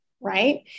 right